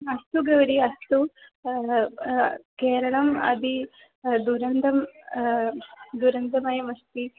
अस्तु गौरी अस्तु केरळम् अति दुरन्तं दुरन्तमस्ति